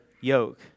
yoke